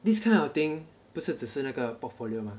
this kind of thing 不是只是 portfolio mah